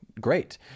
great